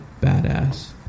badass